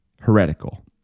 heretical